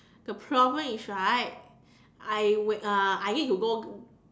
the problem is right I will uh I need to go